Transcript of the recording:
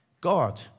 God